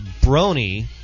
brony